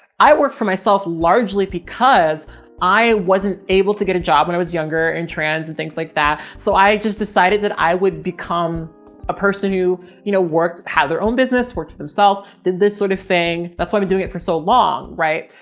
i worked for myself largely because i wasn't able to get a job when i was younger and trans and things like that. so i just decided that i would become a person who, you know, worked how their own business worked for themselves. did this sort of thing. that's why i've been doing it for so long, right?